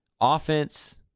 offense